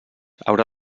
haurà